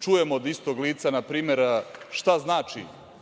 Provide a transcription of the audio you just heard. čujemo od istog lica npr. šta znači